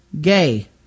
gay